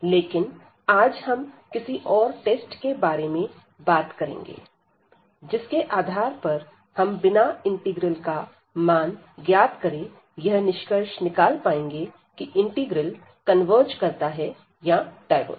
लेकिन आज हम किसी और टेस्ट के बारे में बात करेंगे जिसके आधार पर हम बिना इंटीग्रल का मान ज्ञात करें यह निष्कर्ष निकाल पाएंगे की इंटीग्रल कन्वर्ज करता है या डायवर्ज